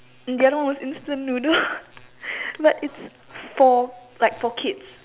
and the other one was instant noodle but it's for like for kids